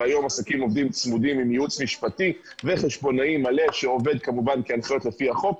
היום עסקים עובדים צמודים עם ייעוץ משפטי וחשבונאי מלא שעובד לפי החוק.